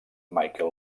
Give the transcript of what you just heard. michael